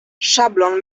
szablon